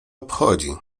obchodzi